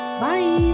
Bye